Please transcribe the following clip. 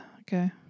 Okay